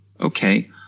okay